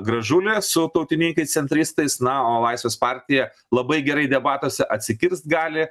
gražulį su tautininkais centristais na o laisvės partija labai gerai debatuose atsikirst gali